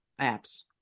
apps